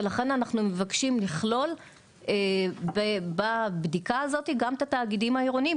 ולכן אנחנו מבקשים לכלול בבדיקה הזאת גם את התאגידים העירוניים,